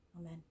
Amen